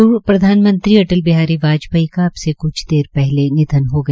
पूर्व प्रधानमंत्री अटल बिहारी वाजपेयी का अब से कुछ देर पहले निधन हो गया